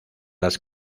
las